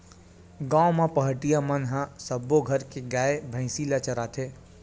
गाँव म पहाटिया मन ह सब्बो घर के गाय, भइसी ल चराथे